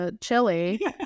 chili